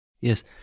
Yes